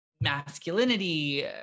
masculinity